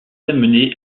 amené